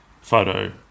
photo